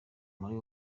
muri